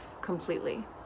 completely